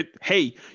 hey